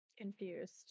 confused